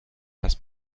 das